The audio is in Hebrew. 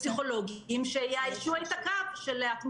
אשמח לקבל את רשות